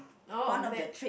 oh I said